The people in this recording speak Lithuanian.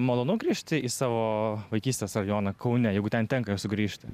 malonu grįžti į savo vaikystės rajoną kaune jeigu ten tenka sugrįžti